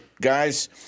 guys